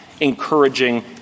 encouraging